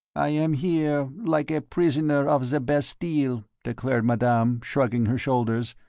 i am here, like a prisoner of the bastille, declared madame, shrugging her shoulders,